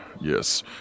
yes